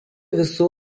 visų